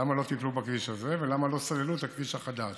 למה לא טיפלו בכביש הזה ולמה לא סללו את הכביש החדש?